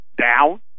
down